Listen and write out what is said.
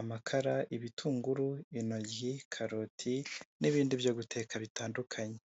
amakara, ibitunguru, intoryi, karoti n'ibindi byo guteka bitandukanye.